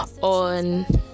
on